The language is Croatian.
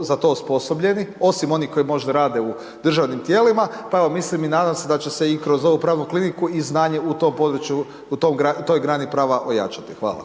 za to osposobljeni, osim onih koji možda rade u državnim tijelima, pa evo mislim i nadam se da će se i kroz ovu pravnu kliniku i znanje u tom području, u toj grani prava ojačati. Hvala.